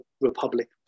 Republic